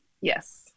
Yes